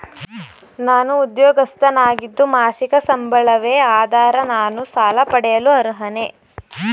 ನಾನು ಉದ್ಯೋಗಸ್ಥನಾಗಿದ್ದು ಮಾಸಿಕ ಸಂಬಳವೇ ಆಧಾರ ನಾನು ಸಾಲ ಪಡೆಯಲು ಅರ್ಹನೇ?